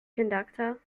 conductor